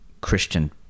Christian